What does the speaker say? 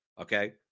Okay